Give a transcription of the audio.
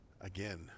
Again